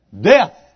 death